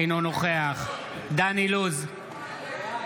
אינו נוכח דן אילוז,